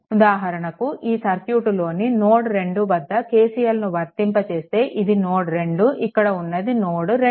ఉదాహరణకు ఈ సర్క్యూట్ లోని నోడ్ 2 వద్ద KCL ను వర్తింపచేస్తే ఇది నోడ్2 ఇక్కడ ఉన్నది నోడ్2